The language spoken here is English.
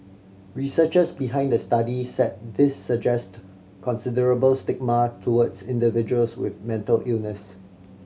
researchers behind the study said this suggest considerable stigma towards individuals with mental illness